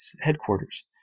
headquarters